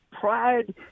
pride